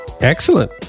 Excellent